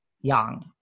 young